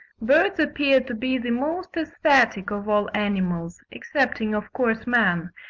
birds appear to be the most aesthetic of all animals, excepting of course man,